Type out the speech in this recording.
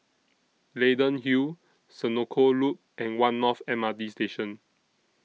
Leyden Hill Senoko Loop and one North M R T Station